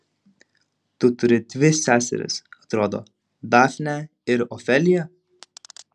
tu turi dvi seseris atrodo dafnę ir ofeliją